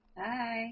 hi